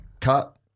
cut